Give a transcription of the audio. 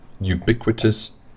ubiquitous